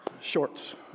shorts